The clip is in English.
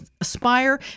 aspire